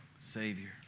Savior